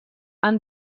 han